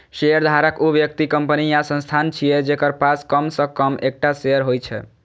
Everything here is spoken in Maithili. शेयरधारक ऊ व्यक्ति, कंपनी या संस्थान छियै, जेकरा पास कम सं कम एकटा शेयर होइ छै